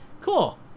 Cool